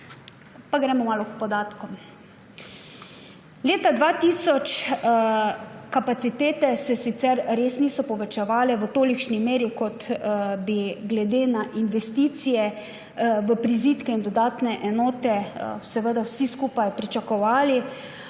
Pa gremo malo k podatkom. Kapacitete se sicer res niso povečevale v tolikšni meri, kot bi glede na investicije v prizidke in dodatne enote vsi skupaj pričakovali,